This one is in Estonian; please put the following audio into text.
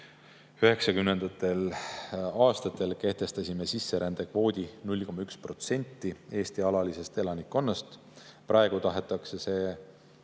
1990. aastatel kehtestasime sisserändekvoodi 0,1% Eesti alalisest elanikkonnast. Praegu tähendaks see